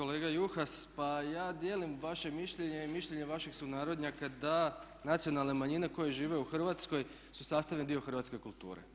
Kolega Juhas pa ja dijelim vaše mišljenje i mišljenje vaših sunarodnjaka da nacionalne manjine koje žive u Hrvatskoj su sastavni dio hrvatske kulture.